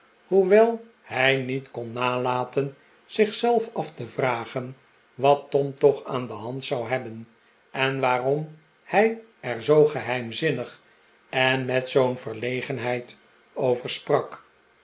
hoewel hij niet kon nalaten zich af te vragen wat tom toch aan de hand zou hebben en waarom hij er zoo geheimzinnig en met zoo'n verlegenheid over sprak